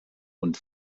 und